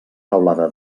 teulada